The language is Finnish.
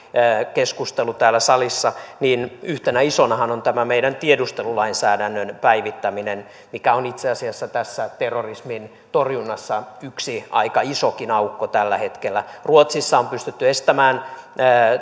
keskustelu täällä salissa niin yhtenä isona asianahan on tämä meidän tiedustelulainsäädännön päivittäminen mikä on itse asiassa tässä terrorismin torjunnassa yksi aika isokin aukko tällä hetkellä ruotsissa on pystytty estämään